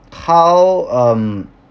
how um